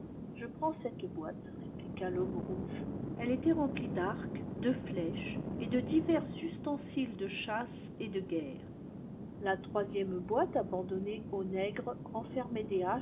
je prends cette boîte répliqua l'homme rouge elle était remplie d'arcs de flèches et de divers ustensiles de cliasse et de guerre la troisième boîte abandonnée au nègre